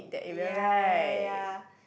ya ya ya ya